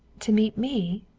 to meet me?